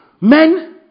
Men